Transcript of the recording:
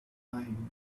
mind